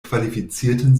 qualifizierten